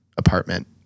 Apartment